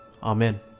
Amen